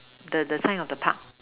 the the sign of the Park